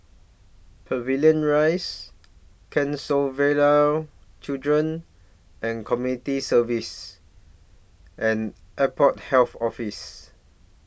Pavilion Rise Canossaville Children and Community Services and Airport Health Office